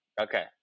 Okay